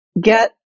get